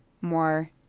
more